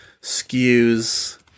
skews